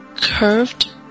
curved